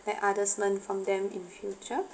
let others learn from them in future